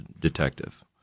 detective